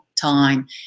time